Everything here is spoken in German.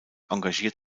engagiert